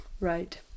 Right